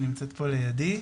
שנמצאת פה לידי,